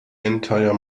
entire